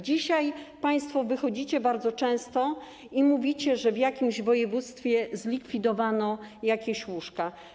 Dzisiaj państwo wychodzicie i bardzo często mówicie, że w jakimś województwie zlikwidowano jakieś łóżka.